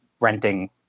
renting